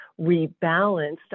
rebalanced